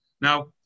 now